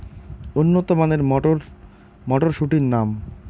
উন্নত মানের মটর মটরশুটির নাম?